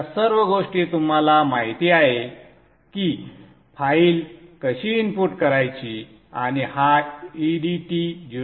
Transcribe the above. या सर्व गोष्टी तुम्हाला माहिती आहे की फाइल कशी इनपुट करायची आणि हा edt01